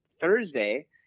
Thursday